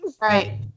Right